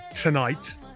tonight